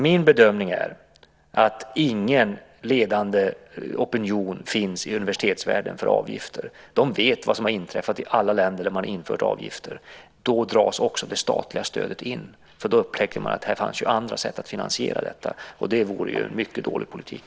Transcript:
Min bedömning är att i universitetsvärlden finns det ingen ledande opinion för avgifter. De vet vad som inträffat i alla länder där avgifter införts. Då dras nämligen också det statliga stödet in, för man upptäcker andra sätt att finansiera detta. Det vore en mycket dålig politik.